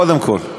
קודם כול.